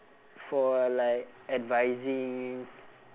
for like advising